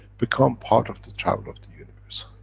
become part of the travel of the universe.